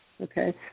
Okay